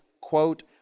quote